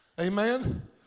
Amen